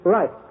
Right